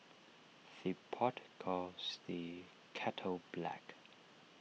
the pot calls the kettle black